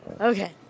Okay